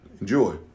enjoy